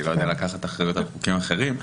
אני לא יודע לקחת אחריות על חוקים אחרים.